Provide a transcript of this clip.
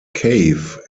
cave